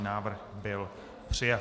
Návrh byl přijat.